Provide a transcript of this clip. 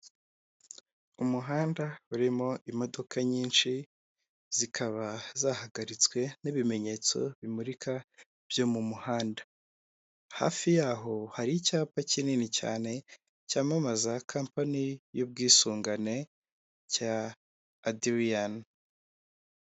Umuhanda urimo imodoka nyinshi zikaba zahagaritswe n'ibimenyetso bimurika byo mu muhanda, hafi yaho hari icyapa kinini cyane cyamamaza kampani y'ubwisungane cya adiriyani.